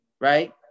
right